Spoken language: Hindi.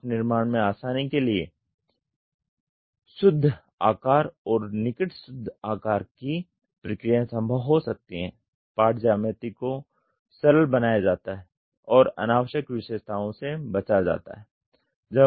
पार्ट निर्माण में आसानी के लिए शुद्ध आकार और निकट शुद्ध आकार की प्रक्रियाएं संभव हो सकती है पार्ट ज्यामिति को सरल बनाया जाता है और अनावश्यक विशेषताओं से बचा जाता है